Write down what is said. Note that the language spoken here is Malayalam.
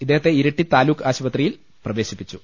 ഇദ്ദേഹത്തെ ഇരിട്ടി താലൂക്ക് ആശുപത്രിയിൽ പ്രവേശിപ്പിച്ചു